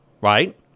right